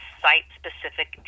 site-specific